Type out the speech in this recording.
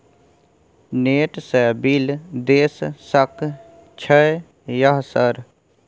Net से bill देश सक छै यह सर?